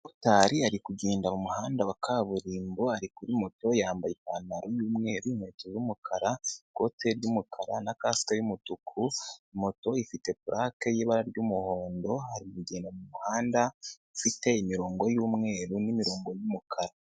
Umu motari urimo kugenda mu muhanda wa kaburimbo ari kuri moto. Yambaye ipantaro y'umweru inkweto z'umukara n'ikoti ry'umukara na kasike y'umutuku. Moto ifite purake y'ibara ry'umuhondo. Irimo kugenda mu muhanda. Ifite imirongo y'umweru n'imirongo y'umukara.